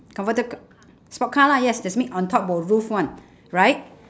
converter c~ sport car lah yes that's mean on top got roof one right